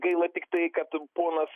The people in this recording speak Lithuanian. gaila tiktai kad ponas